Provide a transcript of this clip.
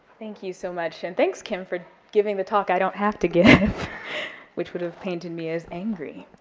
thank you so much, and thanks, kim, for giving the talk i don't have to give which would have painted me as angry,